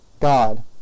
God